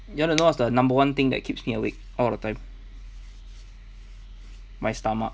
you want to know what's the number one thing that keeps me awake all the time my stomach